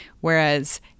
Whereas